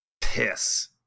piss